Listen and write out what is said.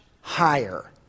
higher